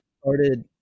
started